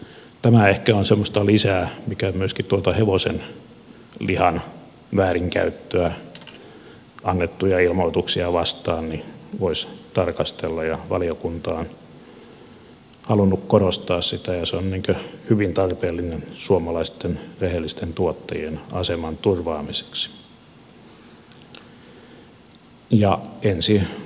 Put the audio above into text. tämä ehkä on semmoista lisää mitä myöskin hevosenlihan väärinkäytöstä annettuja ilmoituksia vastaan voisi tarkastella ja valiokunta on halunnut korostaa sitä ja se on hyvin tarpeellinen suomalaisten rehellisten tuottajien aseman turvaamiseksi